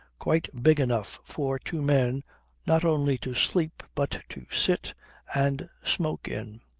quite big enough for two men not only to sleep but to sit and smoke in.